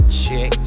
chick